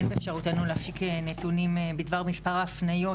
אין באפשרותנו להפיק נתונים בדבר מספר ההפניות